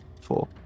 four